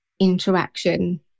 interaction